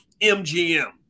MGM